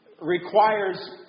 requires